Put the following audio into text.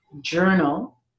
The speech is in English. journal